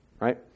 right